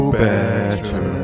better